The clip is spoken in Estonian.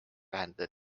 vähendada